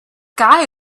guy